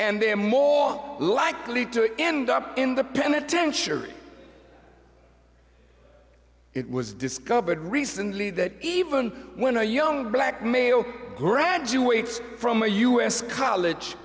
and they're more likely to end up in the penitentiary it was discovered recently that even when a young black male graduates from a u s college